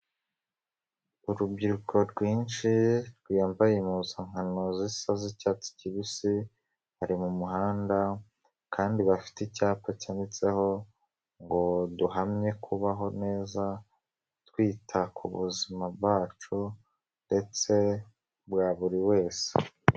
Urubyiruko rwinshi, rwambaye impuzankano zisa z'icyatsi kibisi, bari mu muhanda kandi bafite icyapa cyanditseho ngo duhamye kubaho neza, twita ku buzima bwacu ndetse bwa buri wese.